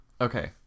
Okay